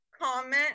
comment